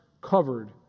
covered